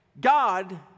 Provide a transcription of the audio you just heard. God